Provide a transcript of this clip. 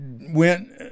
went